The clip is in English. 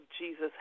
jesus